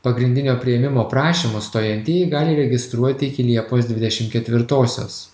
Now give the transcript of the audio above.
pagrindinio priėmimo prašymus stojantieji gali registruoti iki liepos dvidešim ketvirtosios